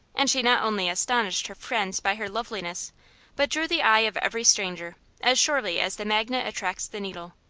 and she not only astonished her friends by her loveliness but drew the eye of every stranger as surely as the magnet attracts the needle.